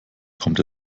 kommt